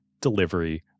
delivery